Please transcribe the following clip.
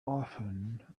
often